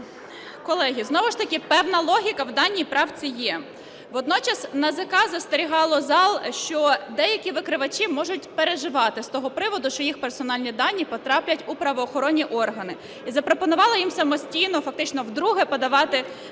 Колеги, знову ж таки певна логіка в даній правці є. Водночас НАЗК застерігало зал, що деякі викривачі можуть переживати з того приводу, що їх персональні дані потраплять у правоохоронні органи, і запропонувала їм самостійно фактично вдруге подавати